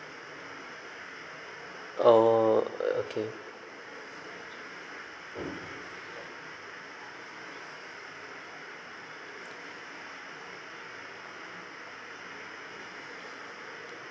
oh okay